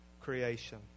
creation